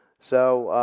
so